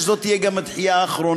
שזו תהיה גם הדחייה האחרונה.